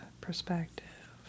perspective